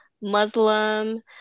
Muslim